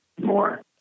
more